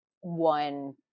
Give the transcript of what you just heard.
one